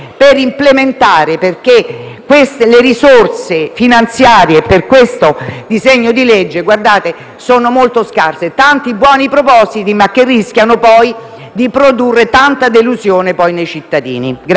le risorse finanziarie che in questo disegno di legge sono molto scarse. Tanti buoni propositi che rischiano di produrre tanta delusione nei cittadini.